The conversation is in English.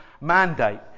mandate